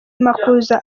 makuza